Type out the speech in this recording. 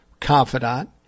confidant